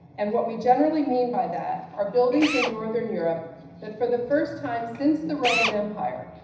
and what we generally mean by that, are buildings in northern europe, that for the first time since the roman empire,